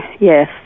yes